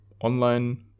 online